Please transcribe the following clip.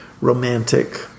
romantic